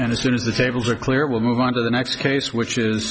and as soon as the tables are clear we'll move on to the next case which is